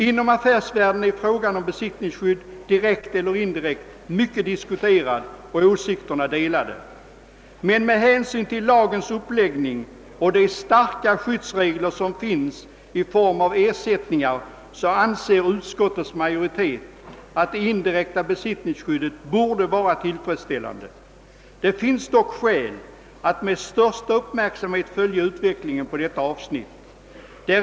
Inom affärsvärlden är frågan om besittningsskydd — direkt eller indirekt — mycket diskuterad och åsikterna delade. Men med hänsyn till lagens uppläggning och de starka skyddsregler som finns i form av ersättningar, så anser utskottsmajoriteten att det indirekta besittningsskyddet borde vara tillfredsställande. Det är dock skäl att med största uppmärksamhet följa utvecklingen på detta avsnitt.